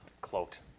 cloaked